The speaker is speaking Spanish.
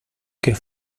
que